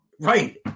Right